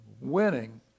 winning